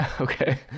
okay